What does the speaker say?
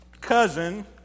cousin